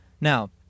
Now